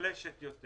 מוחלשת יותר